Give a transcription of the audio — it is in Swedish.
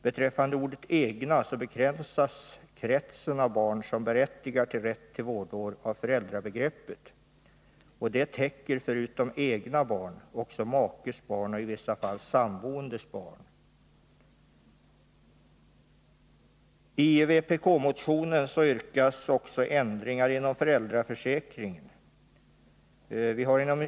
Beträffande ordet ”egna” så begränsas kretsen av barn som ger rätt till vårdår av föräldrabegreppet. Det täcker förutom egna barn också makes barn och i vissa fall sammanboendes barn. I vpk-motionen yrkas också på ändringar inom föräldraförsäkringen.